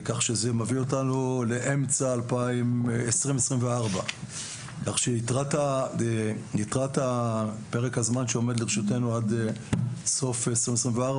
זה מביא אותנו לאמצע 2024. פרק הזמן שעומד לרשותנו עד סוף 2024,